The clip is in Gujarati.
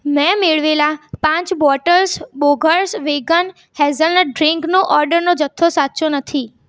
મેં મેળવેલા પાંચ બોટલ્સ બોર્ગસ વેગન હેઝલનટ ડ્રિંકનો ઓર્ડરનો જથ્થો સાચો નથી